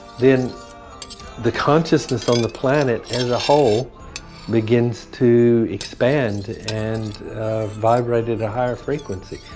then the consciousness on the planet as a whole begins to expand and vibrate at a higher frequency.